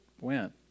went